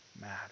matter